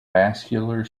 vascular